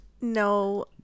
no